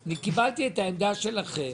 אני קיבלתי את העמדה שלכם.